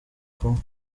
kumwe